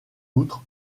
outre